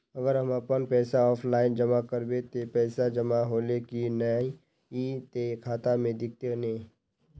अगर हम अपन पैसा ऑफलाइन जमा करबे ते पैसा जमा होले की नय इ ते खाता में दिखते ने?